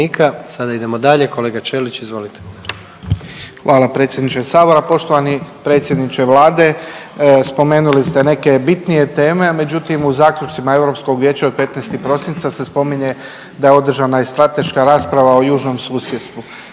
Sada idemo dalje, kolega Ćelić izvolite. **Ćelić, Ivan (HDZ)** Hvala predsjedniče sabora. Poštovani predsjedniče Vlade, spomenuli ste neke bitnije teme, međutim u zaključcima Europskog vijeća od 15. prosinca se spominje da je održana i strateška rasprava o Južnom susjedstvu.